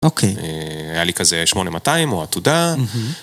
אוקיי. היה לי כזה 8200 או עתודה.